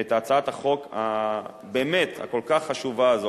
את הצעת החוק הבאמת כל כך חשובה הזאת,